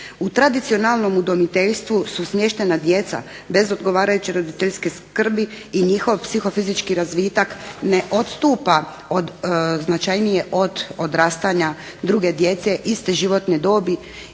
U tradicionalnom udomiteljstvu su smještena djeca bez odgovarajuće roditeljske skrbi i njihov psihofizički razvitak ne odstupa od značajnije od odrastanja druge djece iste životne dobi